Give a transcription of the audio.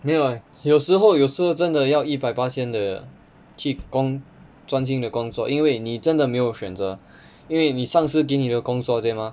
没有 like 有时候有时候真的要一百巴先的去工专心的工作因为你真的没有选择因为你上司给你的工作对吗